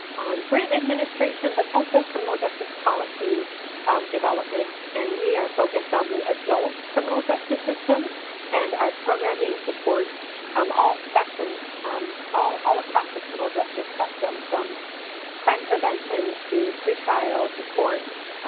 on grant administration, but also criminal justice policy development. and we are focused on the adult criminal justice system and our programming supports um all spectrums all all across the criminal justice spectrum, from crime prevention to pre-trial, to court,